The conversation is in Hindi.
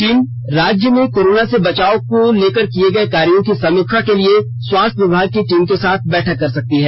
टीम राज्य में कोरोना से बचाव को लेकर किये गये कार्यो की समीक्षा के लिए स्वास्थ्य विभाग के टीम के साथ बैठक कर सकती है